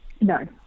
No